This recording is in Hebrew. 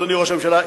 אדוני ראש הממשלה,